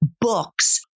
books